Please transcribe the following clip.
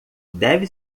deve